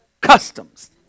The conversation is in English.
customs